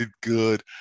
good